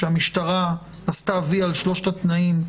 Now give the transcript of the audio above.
שהמשטרה עשתה "וי" על כל התנאים,